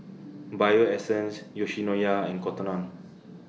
Bio Essence Yoshinoya and Cotton on